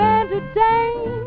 entertain